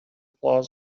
plaza